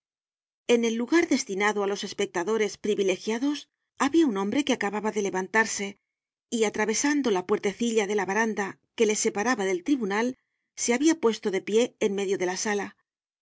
en el lugar destinado á los espectadores privilegiados habia un hombre que acababa de levantarse y atravesando la puertecilla de la baranda que le separaba del tribunal se habia puesto de pie en medio de la sala